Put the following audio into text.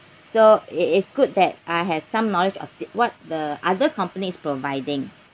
so it is good that I have some knowledge of what the other company is providing